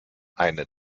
eine